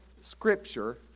scripture